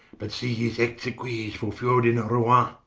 but see his exequies fulfill'd in roan.